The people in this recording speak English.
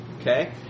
Okay